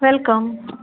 welcome